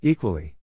Equally